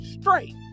straight